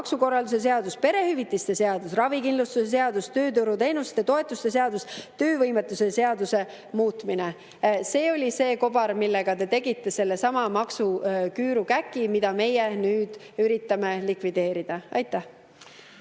maksukorralduse seaduse, perehüvitiste seaduse, ravikindlustuse seaduse, tööturuteenuste ja ‑toetuste seaduse, töövõime[toetuse] seaduse muutmine. See oli see kobar, millega te tegite sellesama maksuküüru käki, mida meie nüüd üritame likvideerida. Aitäh!